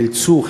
נאלצו,